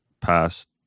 past